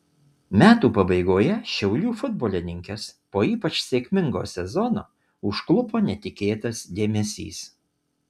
metų pabaigoje šiaulių futbolininkes po ypač sėkmingo sezono užklupo netikėtas dėmesys